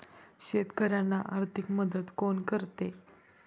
शेतकऱ्यांना आर्थिक मदत कोण करते?